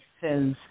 says